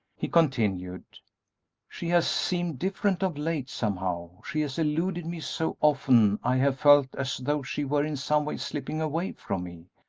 he continued she has seemed different of late, somehow she has eluded me so often i have felt as though she were in some way slipping away from me,